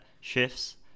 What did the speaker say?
shifts